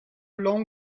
long